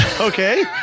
Okay